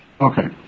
Okay